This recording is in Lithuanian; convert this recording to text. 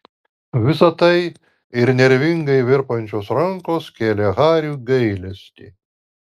visa tai ir nervingai virpančios rankos kėlė hariui gailestį